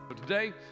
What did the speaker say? Today